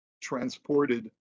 transported